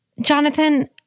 Jonathan